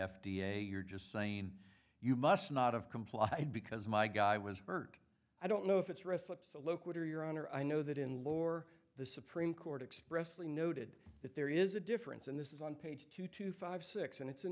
f d a you're just saying you must not have complied because my guy was hurt i don't know if it's recipe to loquitur your honor i know that in lore the supreme court expressly noted that there is a difference and this is on page two two five six and it's an